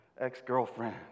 ex-girlfriend